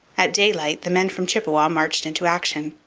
at daylight the men from chippawa marched into action,